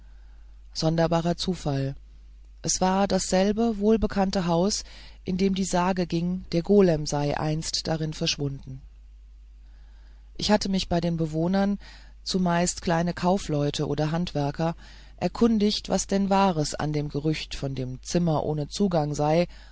sonderbarer zufall es war dasselbe wohlbekannte haus von dem die sage ging der golem sei einst darin verschwunden ich hatte mich bei den bewohnern zumeist kleine kaufleute oder handwerker erkundigt was denn wahres an dem gerücht von dem zimmer ohne zugang sei